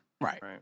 Right